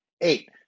Eight